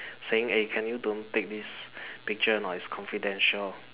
saying eh can you don't take this picture a not its confidential